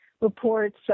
reports